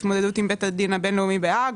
התמודדות עם בית הדין הבין-לאומי בהאג